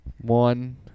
One